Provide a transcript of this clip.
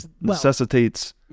necessitates